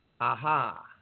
Aha